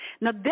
Now